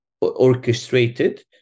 orchestrated